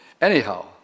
Anyhow